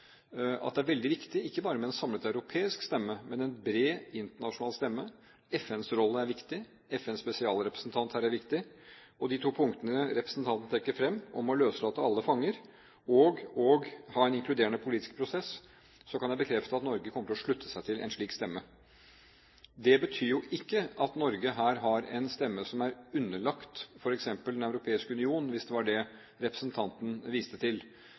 at det er veldig viktig ikke bare med en samlet europeisk stemme, men en bred internasjonal stemme, FNs rolle er viktig, FNs spesialrepresentant her er viktig. Når det gjelder de to punktene representanten trekker fram, om å løslate alle fanger og ha en inkluderende politisk prosess, kan jeg bekrefte at Norge kommer til å slutte seg til en slik stemme. Det betyr ikke at Norge her har en stemme som er underlagt f.eks. Den europeiske union, hvis det var det representanten viste til.